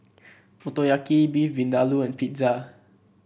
Motoyaki Beef Vindaloo and Pizza